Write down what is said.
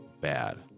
bad